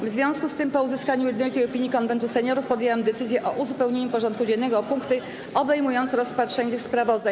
W związku z tym, po uzyskaniu jednolitej opinii Konwentu Seniorów, podjęłam decyzję o uzupełnieniu porządku dziennego o punkty obejmujące rozpatrzenie tych sprawozdań.